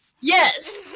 Yes